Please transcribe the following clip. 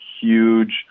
huge